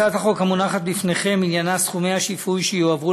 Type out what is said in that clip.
הצעת החוק המונחת בפניכם עניינה סכומי השיפוי שיועברו